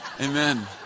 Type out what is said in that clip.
Amen